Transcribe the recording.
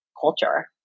culture